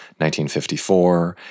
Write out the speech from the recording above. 1954